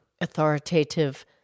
authoritative